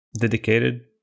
dedicated